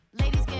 Ladies